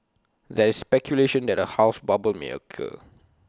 there is speculation that A house bubble may occur